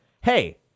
hey